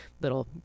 little